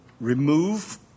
remove